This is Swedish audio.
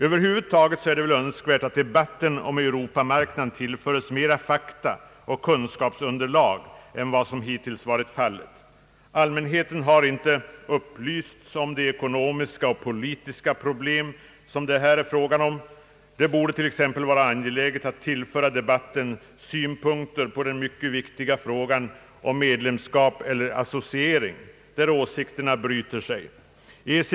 Över huvud taget är det önskvärt att debatten om Europa-marknaden tillföres mera fakta och kunskapsunderlag än vad som hittills varit fallet. Allmänheten har inte upplysts om de ekonomiska och politiska problem det här är fråga om. Det borde t.ex. vara angeläget att tillföra debatten synpunkter på den mycket viktiga frågan om medlemskap eller associering, där åsikterna bryter sig så starkt.